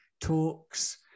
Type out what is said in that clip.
talks